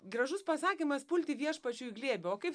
gražus pasakymas pulti viešpačiui į glėbį o kaip